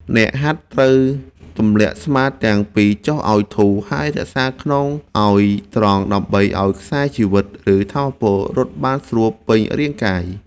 អ្នកហាត់ត្រូវទម្លាក់ស្មាទាំងពីរចុះឱ្យធូរ ហើយរក្សាខ្នងឱ្យត្រង់ដើម្បីឱ្យខ្សែជីវិត ឬថាមពលរត់បានស្រួលពេញរាងកាយ។